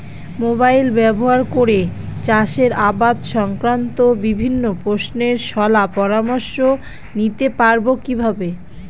Mobile ব্যাবহার করে চাষের আবাদ সংক্রান্ত বিভিন্ন প্রশ্নের শলা পরামর্শ নিতে পারবো কিভাবে?